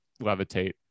levitate